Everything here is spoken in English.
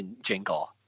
jingle